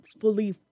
fully